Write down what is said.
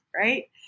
Right